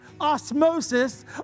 osmosis